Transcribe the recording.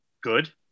good